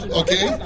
okay